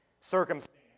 circumstance